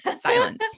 Silence